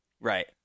Right